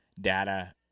data